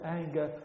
anger